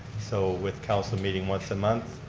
so with council meeting once a month